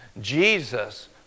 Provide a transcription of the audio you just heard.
Jesus